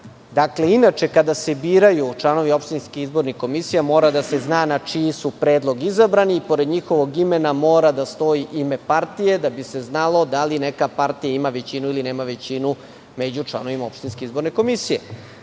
inače kada se biraju članovi opštinskih izbornih komisija, mora da se zna na čiji su predlog izabrani i pored njihovog imena mora da stoji ime partije, da bi se znalo da li neka partija ima većinu, ili nema većinu među članovima opštinske izborne komisije. Dakle,